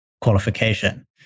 qualification